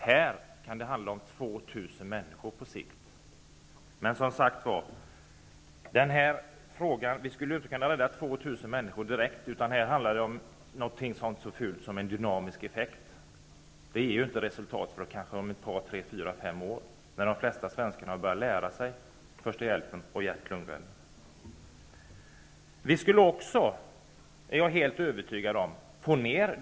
Här kan det på sikt handla om Vi skulle inte kunna rädda 2 000 människor direkt, utan det handlar om någonting så fult som en dynamisk effekt. Det ger inte resultat förrän kanske om ett par, tre, fyra eller fem år, när de flesta svenskarna har börjat lära sig första hjälpen och hjärt och lungräddning.